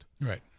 Right